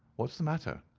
what's the matter?